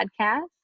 Podcast